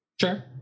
Sure